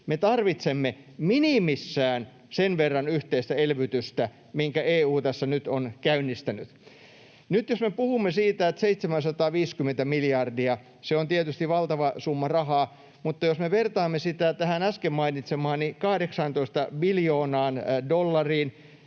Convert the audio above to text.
me tarvitsemme minimissään sen verran yhteistä elvytystä, minkä EU tässä nyt on käynnistänyt. Nyt jos me puhumme siitä 750 miljardista, niin se on tietysti valtava summa rahaa, mutta jos me vertaamme sitä tähän äsken mainitsemaani 18 biljoonaan dollariin